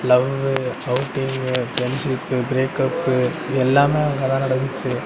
love love failure friendship breakup எல்லாமே அங்கேதான் நடந்துச்சு